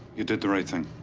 you did the right thing.